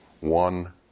one